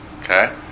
Okay